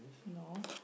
no